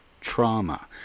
trauma